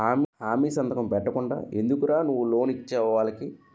హామీ సంతకం పెట్టకుండా ఎందుకురా నువ్వు లోన్ ఇచ్చేవు వాళ్ళకి